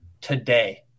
today